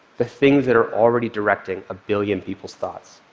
the things that are already directing a billion people's thoughts.